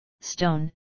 stone